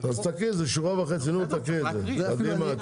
תקריא זה שורה וחצי, נו תקריא את זה, קדימה.